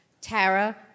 Tara